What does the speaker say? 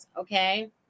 okay